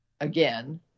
again